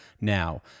now